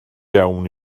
iawn